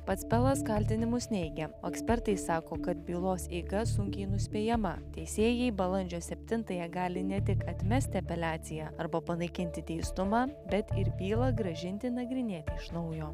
pats pelas kaltinimus neigia o ekspertai sako kad bylos eiga sunkiai nuspėjama teisėjai balandžio septintąją gali ne tik atmesti apeliaciją arba panaikinti teistumą bet ir bylą grąžinti nagrinėti iš naujo